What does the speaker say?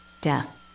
death